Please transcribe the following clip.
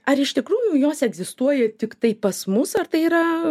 ar iš tikrųjų jos egzistuoja tiktai pas mus ar tai yra